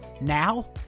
Now